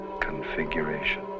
configuration